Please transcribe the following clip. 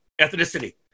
ethnicity